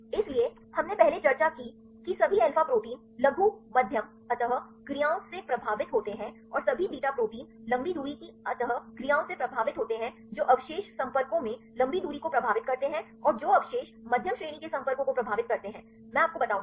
इसलिए हमने पहले चर्चा की कि सभी अल्फा प्रोटीन लघु मध्यम अंत क्रियाओं से प्रभावित होते हैं और सभी बीटा प्रोटीन लंबी दूरी की अंतःक्रियाओं से प्रभावित होते हैं जो अवशेष संपर्कों में लंबी दूरी को प्रभावित करते हैं और जो अवशेष मध्यम श्रेणी के संपर्कों को प्रभावित करते हैं मैं आपको बताऊंगा